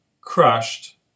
crushed